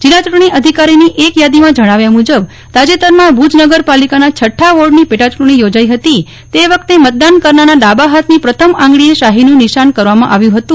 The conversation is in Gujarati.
જીલ્લા ચુંટણી શ્વત્વિકારીઓક યાદીમાં જણાવ્યા મુજબ તાજેતરમાં ભુજ નગરપાલિકા નાં છઠા વોર્ડની પેટાચુંટણી યોજાઈ હતી તે વખતે મતદાન કરનાર નાં ડાબા હાથની પ્રથમ આંગળીએ શાફીનું નિશાન કરવામાં આવ્યું ફતું